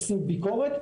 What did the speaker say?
עושים ביקורת,